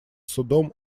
судом